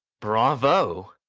bravo!